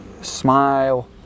smile